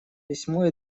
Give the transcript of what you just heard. письмо